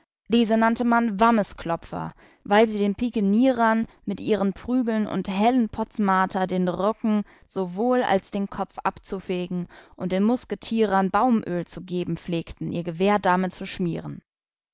diese nannte man wammesklopfer weil sie den pikenierern mit ihren prügeln und hellenpotzmarter den rucken sowohl als den kopf abzufegen und den musketierern baumöl zu geben pflegten ihr gewehr damit zu schmieren